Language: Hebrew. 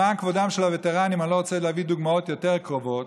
למען כבודם של הווטרנים אני לא רוצה להביא דוגמאות יותר קרובות,